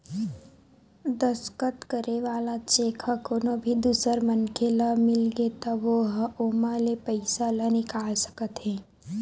दस्कत करे वाला चेक ह कोनो भी दूसर मनखे ल मिलगे त ओ ह ओमा ले पइसा ल निकाल सकत हे